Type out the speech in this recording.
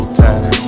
time